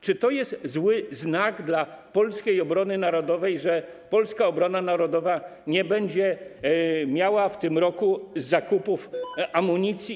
Czy to jest zły znak dla polskiej obrony narodowej, wskazujący, że polska obrona narodowa nie będzie miała w tym roku zakupów amunicji?